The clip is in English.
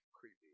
creepy